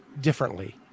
differently